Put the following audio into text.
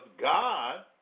God